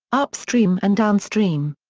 upstream and downstream.